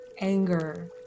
anger